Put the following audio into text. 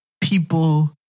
people